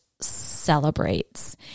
celebrates